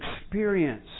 experience